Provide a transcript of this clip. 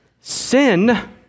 sin